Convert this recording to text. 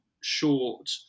short